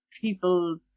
people